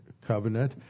covenant